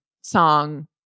song